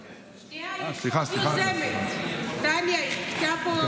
שנייה, יש עוד יוזמת, טניה, היא חיכתה פה.